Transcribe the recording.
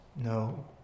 no